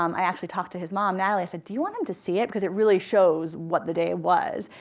um i actually talked to his mom, natalie. i said, do you want him to see it? because it really shows what the day was.